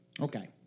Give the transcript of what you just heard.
Okay